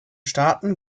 staaten